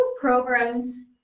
programs